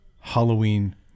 Halloween